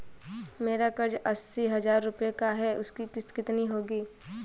मेरा कर्ज अस्सी हज़ार रुपये का है उसकी किश्त कितनी होगी?